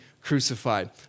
Crucified